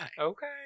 Okay